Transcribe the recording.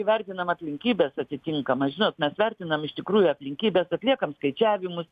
įvertinam aplinkybes atitinkamas žinot mes vertinam iš tikrųjų aplinkybes atliekam skaičiavimus